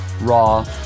raw